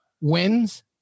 wins